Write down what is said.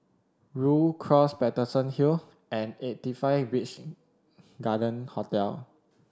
Rhu Cross Paterson Hill and Eighty Five Beach Garden Hotel